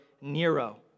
Nero